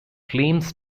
claims